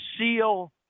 SEAL